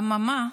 אממה?